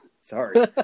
Sorry